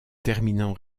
terminant